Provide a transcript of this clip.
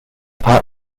part